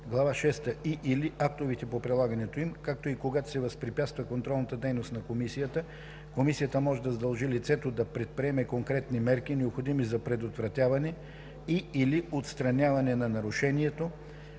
глава шеста и/или актовете по прилагането им, както и когато се възпрепятства контролната дейност на комисията, комисията може да задължи лицето да предприеме конкретни мерки, необходими за предотвратяване и/или отстраняване на нарушението,